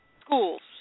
schools